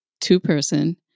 two-person